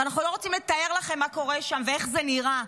ואנחנו לא רוצים לתאר לכם מה קורה שם ואיך זה נראה.